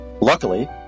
Luckily